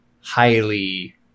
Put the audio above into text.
highly